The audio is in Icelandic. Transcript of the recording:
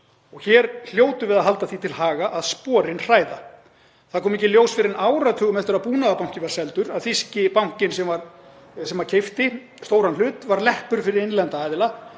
Hér hljótum við að halda því til haga að sporin hræða. Það kom ekki í ljós fyrr en áratugum eftir að Búnaðarbankinn var seldur að þýski bankinn, sem keypti stóran hlut, var leppur fyrir innlenda aðila.